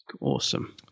Awesome